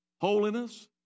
holiness